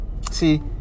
See